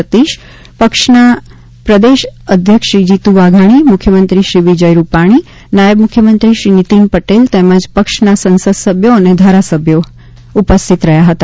સતીશ પક્ષના પ્રદેશ અધ્યક્ષ શ્રી જીતુ વાઘાણી મુખ્યમંત્રી શ્રી વિજય રૂપાણી નાયબ મુખ્યમંત્રી શ્રી નિતીન પટેલ તેમજ પક્ષના સંસદસભ્યો અને ધારાસભ્યો ઉપસ્થિત રહ્યા હતા